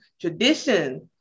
tradition